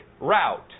route